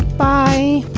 buy